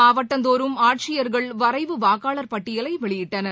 மாவட்டந்தோறும் ஆட்சியர்கள் வரைவு வாக்காளர் பட்டியலை வெளியிட்டனர்